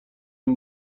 این